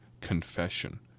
confession